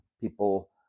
people